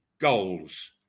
goals